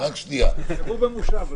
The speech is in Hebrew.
אני חושב שנעצור את זה